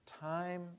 time